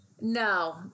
no